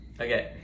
Okay